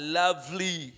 lovely